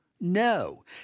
No